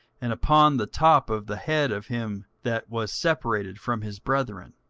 and upon the top of the head of him that was separated from his brethren.